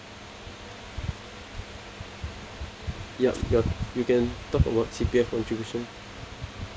ya ya you can talk about C_P_F contribution